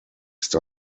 ist